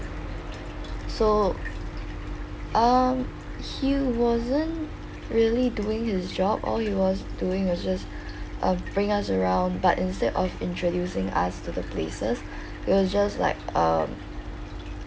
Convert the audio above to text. so um he wasn't really doing his job all he was doing was just uh bring us around but instead of introducing us to the places he was just like um